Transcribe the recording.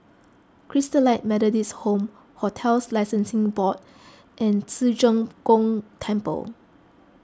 Christalite Methodist Home Hotels Licensing Board and Ci Zheng Gong Temple